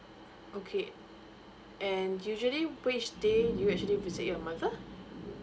okay and usually which day you actually visit your mother